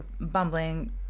bumbling